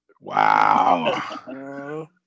Wow